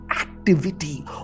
activity